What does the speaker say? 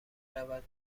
رود